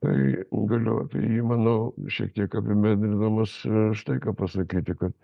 tai galiu apie jį manau šiek tiek apibendrindamas štai ką pasakyti kad